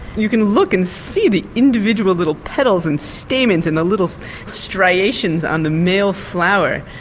you can look and see the individual little petals and stamens and the little striations on the male flower.